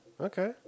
Okay